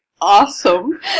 awesome